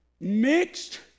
mixed